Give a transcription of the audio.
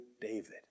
David